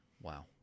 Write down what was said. wow